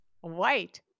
White